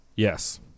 Yes